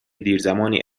دیرزمانی